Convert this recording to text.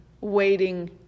waiting